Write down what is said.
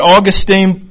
Augustine